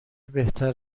بهتر